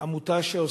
ישנה עמותה,